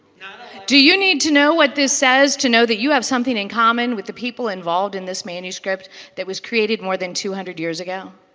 do you need to know what this says to know that you have something in common with the people involved in this manuscript that was created more than two hundred years ago?